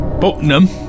Buckingham